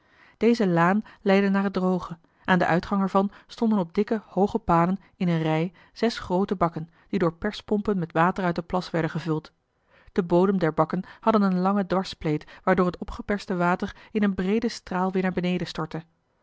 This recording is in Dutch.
deze laan leidde naar het droge aan den uitgang er van stonden op dikke hooge palen in eene rij zes groote bakken die door perspompen met water uit den plas werden gevuld de bodem der bakken had een lange dwarsspleet waardoor het opgeperste water in een breeden straal weer naar beneden stortte